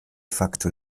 facto